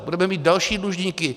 Budeme mít další dlužníky.